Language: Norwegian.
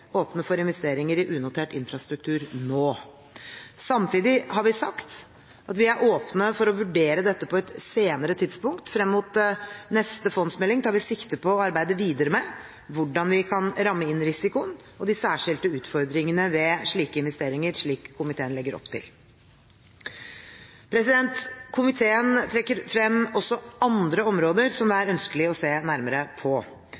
åpne for investeringer i unotert infrastruktur nå. Samtidig har vi sagt at vi er åpne for å vurdere dette på et senere tidspunkt. Frem mot neste fondsmelding tar vi sikte på å arbeide videre med hvordan vi kan ramme inn risikoen og de særskilte utfordringene ved slike investeringer, slik komiteen legger opp til. Komiteen trekker frem også andre områder som det er ønskelig å se nærmere på.